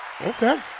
Okay